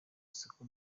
isoko